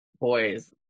boys